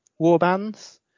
warbands